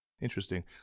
Interesting